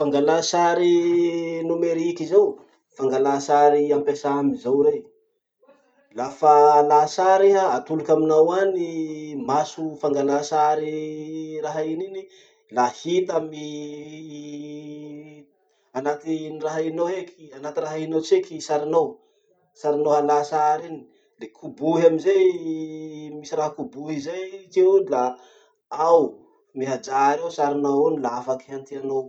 Fangalà sary nomerika zao fangalà sary ampesà amizao rey. Lafa alà sary iha, atoloky aminao any maso fangalà sary raha iny iny, la hita amy anaty raha iny ao heky, anaty raha iny ao tseky sarinao, sarinao halà sary iny, le kobohy amizay, misy raha kobohy zay ty eo la ao mihajary ao sarinao iny la afaky hentianao.